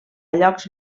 llocs